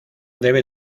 debe